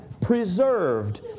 preserved